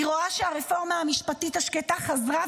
היא רואה שהרפורמה המשפטית השקטה חזרה,